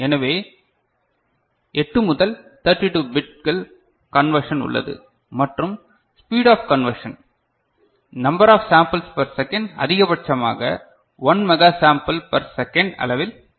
எனவே 8 முதல் 32 பிட்கள் கண்வர்ஷன் உள்ளது மற்றும் speed of convention number of samples per second அதிகபட்சமாக one mega sample per second அளவில் உள்ளது